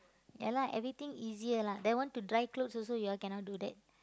ya lah everything easier lah then want to dry clothes also you all cannot do that